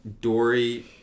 Dory